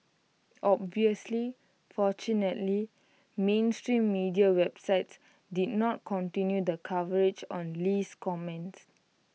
obviously fortunately mainstream media websites did not continue the coverage on Lee's comments